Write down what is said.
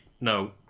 no